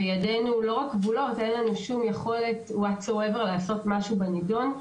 כאשר ידינו כבולות ואין לנו שום יכולת לעשות משהו בנדון.